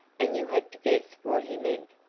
and you had to guess what he meant.